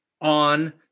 on